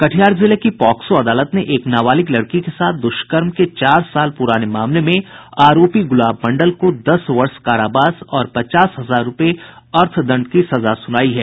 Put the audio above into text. कटिहार जिले की पाक्सो अदालत ने एक नाबालिग लड़की के साथ द्रष्कर्म के चार साल पुराने मामले में आरोपी गुलाब मंडल को दस वर्ष कारावास और पचास हजार रूपये अर्थदंड की सजा सुनाई है